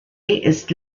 ist